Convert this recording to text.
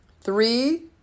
Three